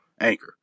Anchor